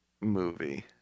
Movie